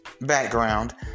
background